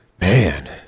man